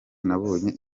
nabonye